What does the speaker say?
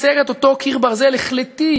לייצר את אותו קיר ברזל החלטי,